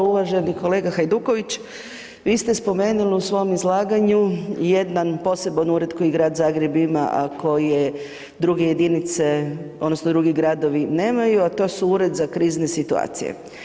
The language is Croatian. Uvaženi kolega Hajduković vi ste spomenuli u svom izlaganju jedan poseban ured koji Grad Zagreb ima, a koji druge jedinice odnosno drugi gradovi nemaju, a to su Ured za krizne situacije.